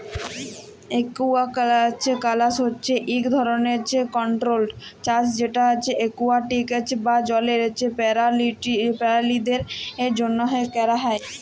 aquaculture হছে ইক ধরলের কল্ট্রোল্ড চাষ যেট একুয়াটিক বা জলের পেরালিদের জ্যনহে ক্যরা হ্যয়